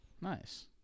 Nice